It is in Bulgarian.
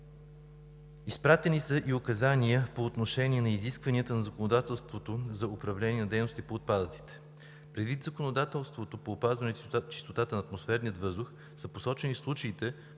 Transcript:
Изпратени са и указания по отношение на изискванията на законодателството за управление на дейности по отпадъците. Предвид законодателството по опазване чистотата на атмосферния въздух са посочени случаите,